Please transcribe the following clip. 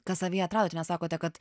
ką savyje atradot nes sakote kad